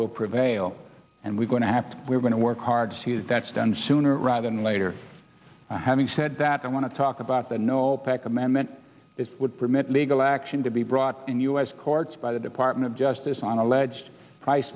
will prevail and we're going to have to we're going to work hard to use that's done sooner rather than later having said that i want to talk about the no opec amendment it would permit legal action to be brought in u s courts by the department of justice on alleged price